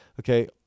okay